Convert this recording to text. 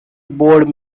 board